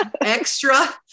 extra